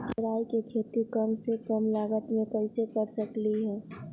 हम राई के खेती कम से कम लागत में कैसे कर सकली ह?